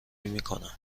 میکنم